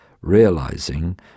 realizing